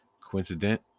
Coincident